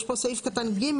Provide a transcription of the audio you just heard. יש פה סעיף קטן (ג)